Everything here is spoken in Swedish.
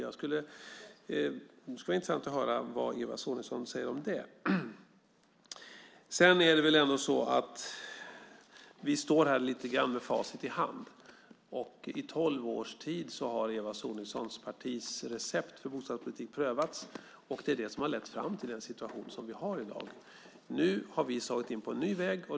Det skulle vara intressant att höra vad Eva Sonidsson säger om det. Vi står här lite grann med facit i hand. I tolv års tid har Eva Sonidssons partis recept för bostadspolitik prövats. Det är vad som har lett fram till den situation som vi har i dag. Nu har vi slagit in på en ny väg.